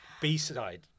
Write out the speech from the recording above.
B-side